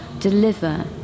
deliver